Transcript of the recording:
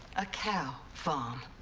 a cow farm?